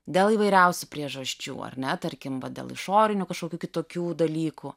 dėl įvairiausių priežasčių ar ne tarkim dėl išorinių kažkokių kitokių dalykų